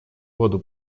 воду